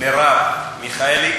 מרב מיכאלי,